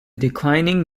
declining